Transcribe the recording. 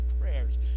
prayers